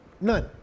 None